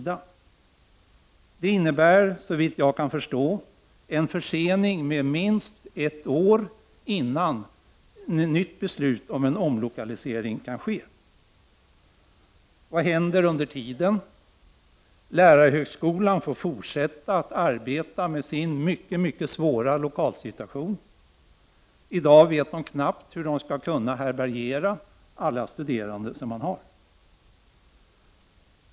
Det innebär, såvitt jag kan förstå, försening med minst ett år, innan nytt beslut om en omlokalisering kan fattas. Vad händer under tiden? Lärarhögskolan får fortsätta att arbeta med sin mycket svåra lokalsituation. I dag vet man knappt hur man skall kunna härbärgera alla studerande som lärarhögskolan har.